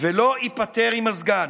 ולא ייפתר עם מזגן.